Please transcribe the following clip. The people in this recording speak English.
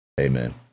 amen